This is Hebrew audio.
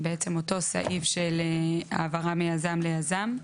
בעצם אותו סעיף של העברה מיזם ליזם.